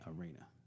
arena